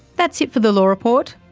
that's it for the law report.